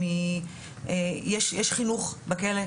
יש חינוך בכלא,